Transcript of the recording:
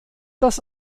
das